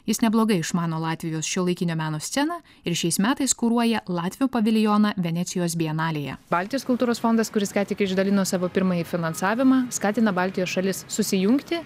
jis neblogai išmano latvijos šiuolaikinio meno sceną ir šiais metais kuruoja latvių paviljoną venecijos bienalėje baltijos kultūros fondas kuris ką tik išdalino savo pirmąjį finansavimą skatina baltijos šalis susijungti